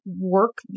work